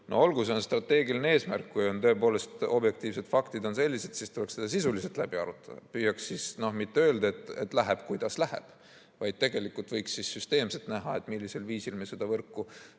No olgu, see on strateegiline eesmärk, kui tõepoolest objektiivsed faktid on sellised, siis tuleks see sisuliselt läbi arutada. Püüaks mitte öelda, et läheb kuidas läheb, vaid võiks süsteemselt näha, millisel viisil me seda võrku